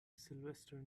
sylvester